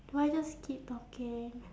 do I just keep talking